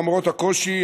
למרות הקושי,